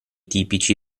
tipici